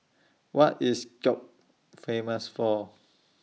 What IS Skopje Famous For